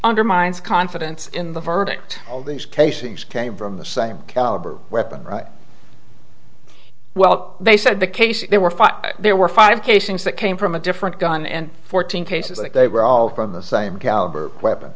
undermines confidence in the verdict all these casings came from the same caliber weapon well they said the case there were five there were five casings that came from a different gun and fourteen cases like they were all from the same caliber weapon